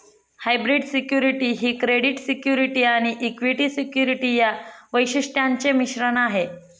hybrid security ही credit security आणि equity security या वैशिष्ट्यांचे मिश्रण आहे